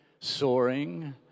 soaring